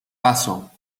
paso